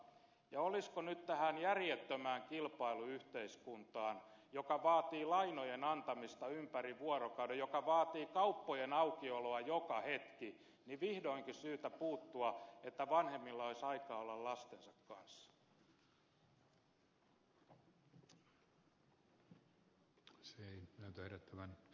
ja olisiko nyt tähän järjettömään kilpailuyhteiskuntaan joka vaatii lainojen antamista ympäri vuorokauden joka vaatii kauppojen aukioloa joka hetki vihdoinkin syytä puuttua että vanhemmilla olisi aikaa olla lastensa kanssa